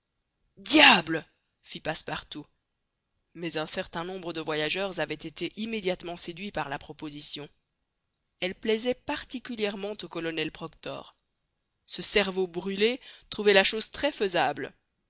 diable fit passepartout mais un certain nombre de voyageurs avaient été immédiatement séduits par la proposition elle plaisait particulièrement au colonel proctor ce cerveau brûlé trouvait la chose très faisable